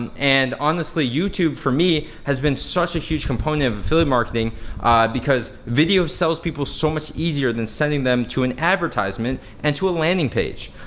and and honestly youtube for me has been such a huge component of affiliate marketing because video sells people so much easier than sending them to an advertisement and to a landing page.